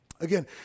Again